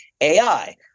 AI